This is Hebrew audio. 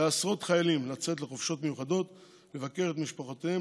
לעשרות חיילים לצאת לחופשות מיוחדות לבקר את משפחותיהם,